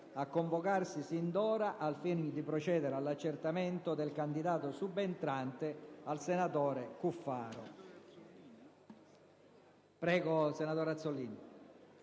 a convocarsi fin d'ora al fine di procedere all'accertamento del candidato subentrante al senatore Cuffaro.